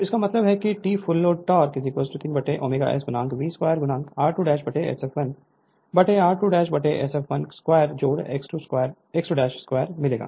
तो इसका मतलब है कि T full load torque 3ω S v2 r2 Sf1 r2 Sf1 2 x22 मिलेगा